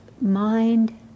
mind